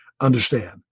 understand